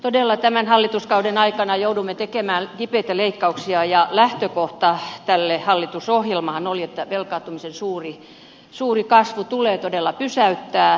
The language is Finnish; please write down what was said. todella tämän hallituskauden aikana joudumme tekemään kipeitä leikkauksia ja lähtökohtahan tälle hallitusohjelmalle oli että velkaantumisen suuri kasvu tulee todella pysäyttää